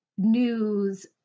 news